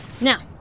Now